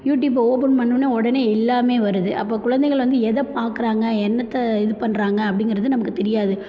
யூடியூப்பை ஓப்பன் பண்ணோன்னே உடனே எல்லாமே வருது அப்போ குழந்தைகள் வந்து எதை பார்க்குறாங்க என்னத்த இது பண்ணுறாங்க அப்படிங்கறது நமக்கு தெரியாது